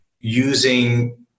using